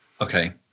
okay